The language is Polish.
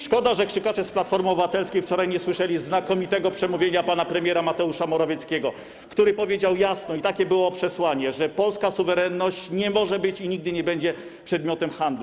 Szkoda, że krzykacze z Platformy Obywatelskiej wczoraj nie słyszeli znakomitego przemówienia pana premiera Mateusza Morawieckiego, który powiedział jasno - i takie było przesłanie - że polska suwerenność nie może być i nigdy nie będzie przedmiotem handlu.